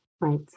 right